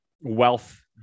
wealth